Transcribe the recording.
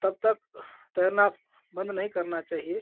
तब तक तैरना बन्द नहीं करना चाहिए